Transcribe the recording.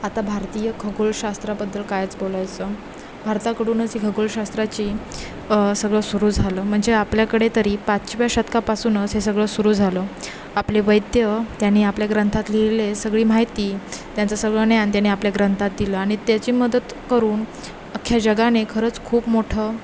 आता भारतीय खगोलशास्त्राबद्दल कायच बोलायचं भारताकडूनच ही खगोलशास्त्राची सगळं सुरू झालं म्हणजे आपल्याकडे तरी पाचव्या शतकापासूनच हे सगळं सुरू झालं आपले वैद्य त्याने आपल्या ग्रंथात लिहिलं आहे सगळी माहिती त्यांचं सगळं ज्ञान त्यांनी आपल्या ग्रंथात दिलं आणि त्याची मदत करून अख्ख्या जगाने खरंच खूप मोठं